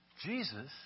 Jesus